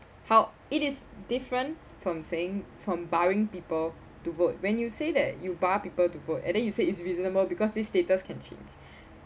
how it is different from saying from barring people to vote when you say that you bar people to vote and then you say it's reasonable because this status can change